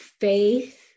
faith